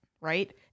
right